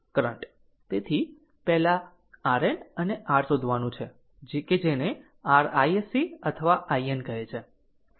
તેથી પહેલા RN અને r શોધવાનું છે કે જેને r iSC અથવા IN કહે છે